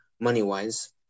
money-wise